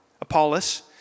Apollos